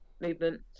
movement